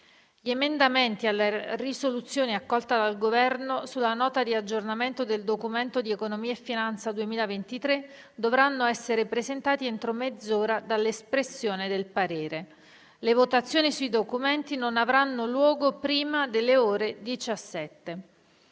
Gli emendamenti alla risoluzione accolta dal Governo sulla Nota di aggiornamento del Documento di economia e finanza 2023 dovranno essere presentati entro mezz'ora dall'espressione del parere. Le votazioni sui documenti non avranno luogo prima delle ore 17.